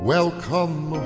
Welcome